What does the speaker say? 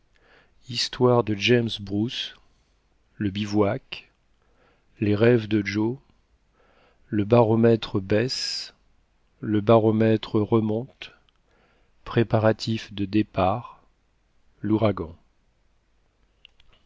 histoire de james bruce le bivouac les rêves de joe le baromètre baisse le baromètre remonte préparatifs de départ l'ouragan